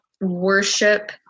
worship